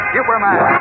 Superman